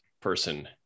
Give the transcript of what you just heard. person